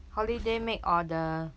holiday make order